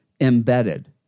embedded